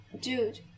dude